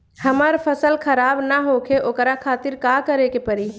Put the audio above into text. हमर फसल खराब न होखे ओकरा खातिर का करे के परी?